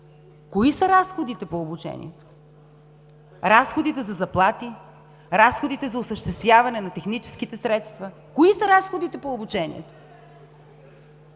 Кои са разходите „по обучението“? Разходите за заплати? Разходите за осъществяване на техническите средства? Кои са разходите „по обучение“?